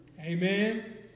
amen